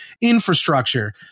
infrastructure